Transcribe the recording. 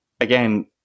again